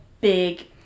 big